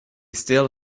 still